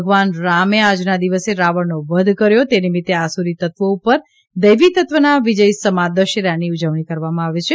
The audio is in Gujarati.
ભગવાન રામે આજના દિવસે રાવણનો વધ કર્યો તે નિમિત્તે આસુરી તત્વો ઉપર દૈવી તત્વના વિજયસમા દશેરાની ઉજવણી કરવામાં આવે છે